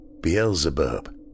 Beelzebub